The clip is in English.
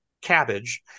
cabbage